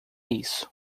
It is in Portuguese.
isso